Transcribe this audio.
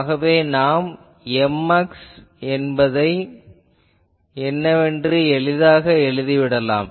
ஆகவே நாம் Mx என்பது என்னவென்று எளிதாக எழுதிவிடலாம்